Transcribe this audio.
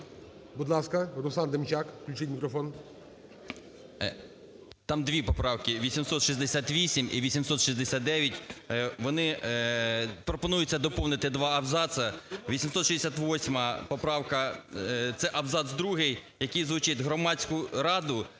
Будь ласка, Руслан Демчак включіть мікрофон. 16:20:03 ДЕМЧАК Р.Є. Там дві поправки, 868 і 869, вони пропонується доповнити два абзаци. 868 поправка, це абзац другий, який звучить: "Громадську раду